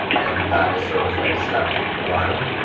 and that is sort of like step one.